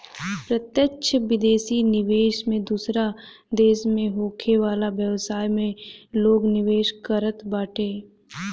प्रत्यक्ष विदेशी निवेश में दूसरा देस में होखे वाला व्यवसाय में लोग निवेश करत बाटे